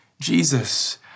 Jesus